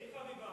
מי חביביו,